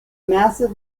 massive